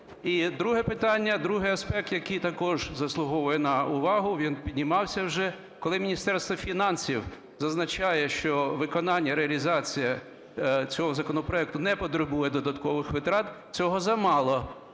другий аспект, який також заслуговує на увагу, він піднімався вже. Коли Міністерство фінансів зазначає, що виконання і реалізація цього законопроекту не потребує додаткових витрат, цього замало.